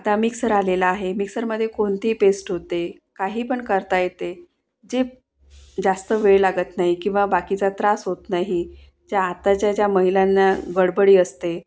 आता मिक्सर आलेला आहे मिक्सरमध्ये कोणतीही पेस्ट होते काही पण करता येते जे जास्त वेळ लागत नाही किंवा बाकीचा त्रास होत नाही ज्या आताच्या ज्या महिलांना गडबड असते